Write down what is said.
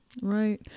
Right